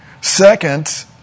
Second